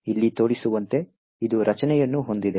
ಇಲ್ಲಿ ತೋರಿಸಿರುವಂತೆ ಇದು ರಚನೆಯನ್ನು ಹೊಂದಿದೆ